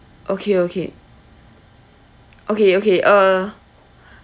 okay okay okay okay uh